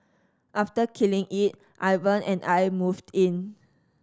after killing it Ivan and I moved in